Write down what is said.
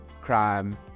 crime